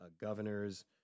governor's